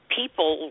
people